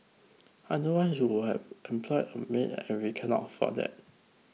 otherwise you would have employ a maid and we cannot afford that